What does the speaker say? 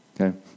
Okay